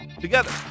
together